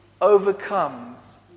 overcomes